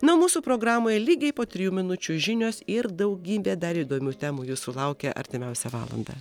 na o mūsų programoje lygiai po trijų minučių žinios ir daugybė dar įdomių temų jūsų laukia artimiausią valandą